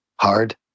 Hard